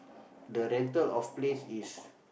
the rental of place is